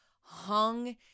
hung